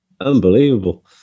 Unbelievable